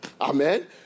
Amen